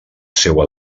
seua